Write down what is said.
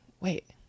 Wait